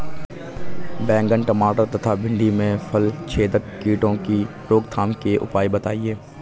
बैंगन टमाटर तथा भिन्डी में फलछेदक कीटों की रोकथाम के उपाय बताइए?